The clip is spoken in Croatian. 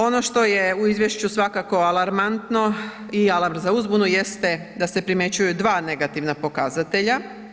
Ono što je u Izvješću svakako alarmantno i alarm za uzbunu jeste da se primjećuju dva negativna pokazatelja.